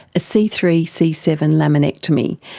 a c three c seven laminectomy,